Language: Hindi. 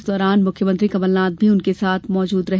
इस दौरान मुख्यमंत्री कमलनाथ भी उनके साथ मौजूद रहे